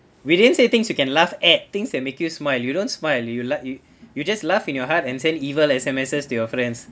we didn't say things you can laugh at things that make you smile you don't smile you like you you just laugh in your heart and send evil SMSes to your friends